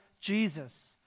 Jesus